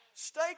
Stay